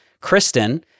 Kristen